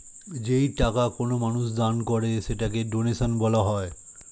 যেই টাকা কোনো মানুষ দান করে সেটাকে ডোনেশন বলা হয়